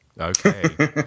Okay